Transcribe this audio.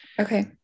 Okay